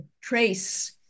trace